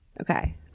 Okay